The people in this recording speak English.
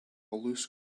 loose